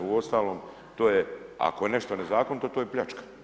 Uostalom, to je, ako je nešto nezakonito – to je pljačka.